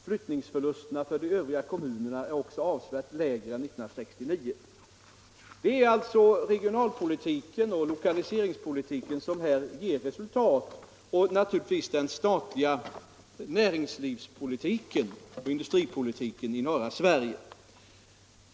Flyttningsförlusterna för de övriga kommunerna är också avsevärt lägre än 1969.” Det är alltså regionalpolitiken och lokaliseringspolitiken samt naturligtvis den statliga näringspolitiken och industripolitiken i norra Sverige som ger resultat.